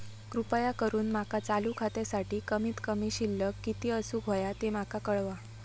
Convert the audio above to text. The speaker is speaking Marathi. कृपा करून माका चालू खात्यासाठी कमित कमी शिल्लक किती असूक होया ते माका कळवा